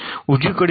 उजवीकडे ०